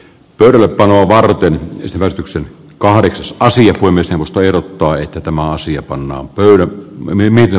pöydälle panoa varten sävellyksen kahdeksas pasi uimisen pelkoa että tämä asia pannaan peli menee merja